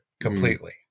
completely